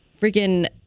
freaking